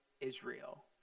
Israel